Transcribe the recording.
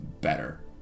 better